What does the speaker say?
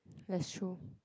that's true